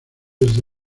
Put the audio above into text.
desde